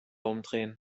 umdrehen